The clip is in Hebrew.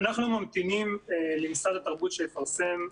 אנחנו כרגע ממתינים למשרד התרבות שיפרסם.